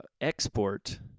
export